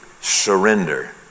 surrender